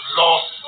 lost